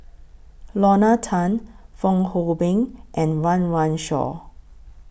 Lorna Tan Fong Hoe Beng and Run Run Shaw